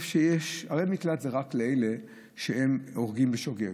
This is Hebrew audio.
ערי מקלט זה רק לאלה שהורגים בשוגג,